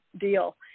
deal